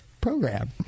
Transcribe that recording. program